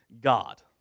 God